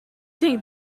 think